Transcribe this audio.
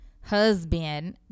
husband